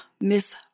Miss